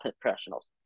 professionals